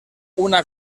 una